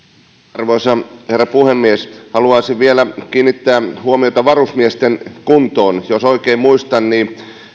arvoisa herra puhemies haluaisin vielä kiinnittää huomiota varusmiesten kuntoon jos oikein muistan niin